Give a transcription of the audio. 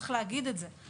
צריך להגיד את זה.